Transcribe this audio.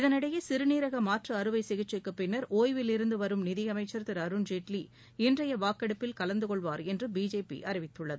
இதனிடையே சிறுநீரக மாற்று அறுவை சிகிச்சைக்குப் பின்னர் ஒய்வில் இருந்து வரும் நிதியமைச்சர் திரு அருண்ஜேட்லி இன்றைய வாக்கெடுப்பில் கலந்து கொள்வார் என்று பிஜேபி அறிவித்துள்ளது